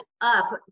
up